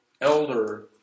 elder